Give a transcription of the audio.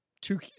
two